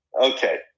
Okay